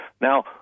Now